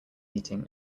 eating